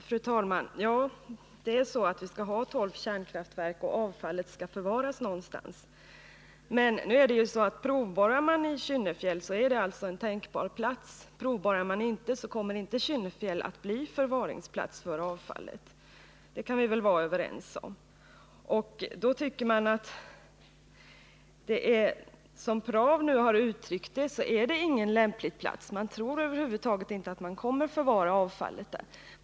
Fru talman! Ja, det är så att vi skall ha tolv kärnkraftverk, och avfallet skall förvaras någonstans. Men provborrar man i Kynnefjäll, är det en tänkbar plats. Provborrar man inte, kommer Kynnefjäll inte att bli förvaringsplats för avfall. Det kan vi väl vara överens om. Som PRAV har uttryckt det: detta är ingen lämplig plats. Man tror över huvud taget inte att man kommer att förvara avfall där.